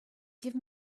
give